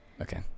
okay